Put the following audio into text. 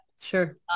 Sure